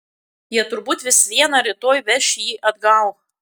jie turbūt vis viena rytoj veš jį atgal